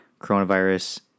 coronavirus